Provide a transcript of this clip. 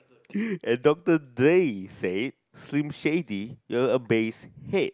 and Doctor Dre said Slim Shady you a base head